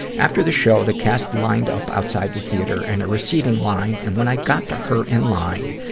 after the show, the cast lined up outside the theater in a receiving line, and when i got to her in line,